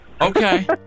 Okay